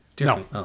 No